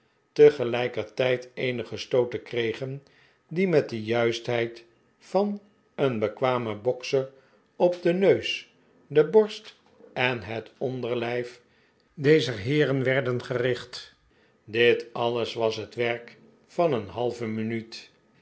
tegelijkertij'd eenige stooten kregen die met de juistheid van een bekwamen bokser op den neus de borst en het onderlijf dezer heeren werden gericht dit alles was het werk van een halve minuut